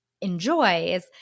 enjoys